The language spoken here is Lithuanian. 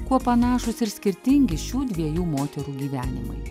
kuo panašūs ir skirtingi šių dviejų moterų gyvenimai